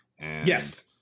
Yes